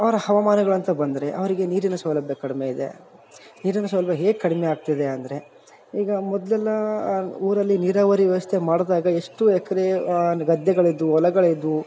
ಅವರ ಹವಾಮಾನಗಳು ಅಂತ ಬಂದರೆ ಅವರಿಗೆ ನೀರಿನ ಸೌಲಭ್ಯ ಕಡಿಮೆ ಇದೆ ನೀರಿನ ಸೌಲಭ್ಯ ಹೇಗೆ ಕಡಿಮೆ ಆಗ್ತಿದೆ ಅಂದರೆ ಈಗ ಮೊದಲೆಲ್ಲ ಊರಲ್ಲಿ ನೀರಾವರಿ ವ್ಯವಸ್ಥೆ ಮಾಡ್ದಾಗ ಎಷ್ಟು ಎಕ್ರೆ ಗದ್ದೆಗಳಿದ್ವು ಹೊಲಗಳಿದ್ವು